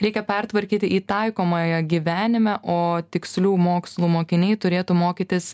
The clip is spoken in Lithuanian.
reikia pertvarkyti į taikomąją gyvenime o tikslių mokslų mokiniai turėtų mokytis